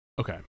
Okay